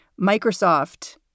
Microsoft